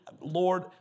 Lord